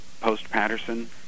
post-Patterson